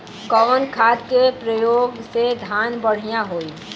कवन खाद के पयोग से धान बढ़िया होई?